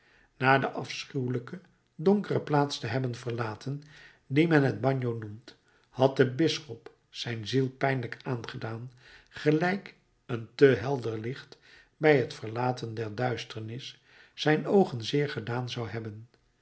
na de afschuwelijke donkere plaats te hebben verlaten die men het bagno noemt had de bisschop zijn ziel pijnlijk aangedaan gelijk een te helder licht bij het verlaten der duisternis zijn oogen zeer gedaan zou hebben